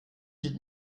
hielt